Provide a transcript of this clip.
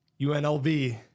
UNLV